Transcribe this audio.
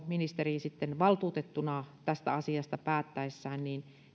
ministeri sitten valtuutettuna tästä asiasta päättäessään